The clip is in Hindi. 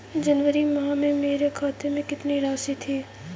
जनवरी माह में मेरे खाते में कितनी राशि थी?